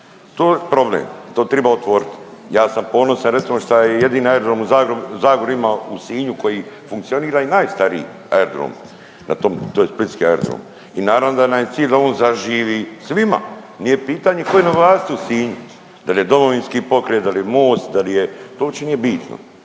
To je problem, to triba otvorit. Ja sam ponosan recimo što je jedini aerodrom u Zagori ima u Sinju koji funkcionira i najstariji aerodrom na tom, to je Splitski aerodrom. I naravno da nam je cilj da on zaživi, svima. Nije pitanje tko je na vlasti u Sinju, da li je Domovinski pokret, da li je Most, da li je, to uopće nije bitno.